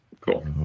Cool